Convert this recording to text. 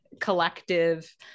collective